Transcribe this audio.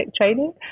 training